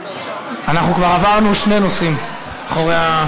אנחנו כבר עברנו שני נושאים אחרי.